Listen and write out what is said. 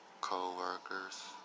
co-workers